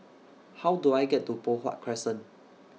How Do I get to Poh Huat Crescent